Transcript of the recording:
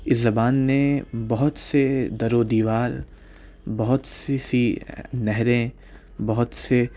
اس زبان نے بہت سے در و دیوار بہت سی سی نہریں بہت سے